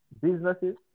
businesses